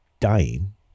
Dying